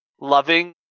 loving